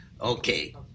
Okay